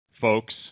folks